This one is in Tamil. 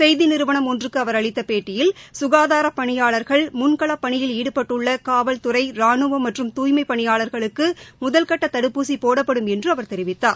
செய்தி நிறுவனம் ஒன்றுக்கு அவர் அளித்த பேட்டியில் சுகாதார பணியாளா்கள் முன்களப் பணியில் ஈடுபட்டள்ள உள்ள காவல்துறை ரானுவம் மற்றும் தூய்மைப் பணியாளர்களுக்கு முதற்கட்ட தடுப்பூசி போடப்படும் என்று அவர் தெரிவித்தார்